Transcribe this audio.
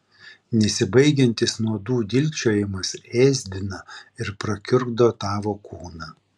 nesibaigiantis nuodų dilgčiojimas ėsdina ir prakiurdo tavo kūną